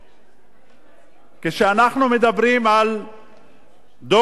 כשאנחנו מדברים על דוח מבקר נוקב,